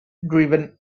driven